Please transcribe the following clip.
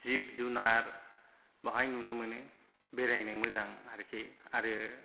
जिब जुनार बेहाय नुनो मोनो बेरायनो मोजां आर्खि आरो